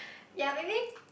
yea maybe